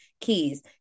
keys